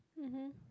mmhmm